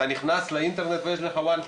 אתה נכנס לאינטרנט ויש לך דף אחד,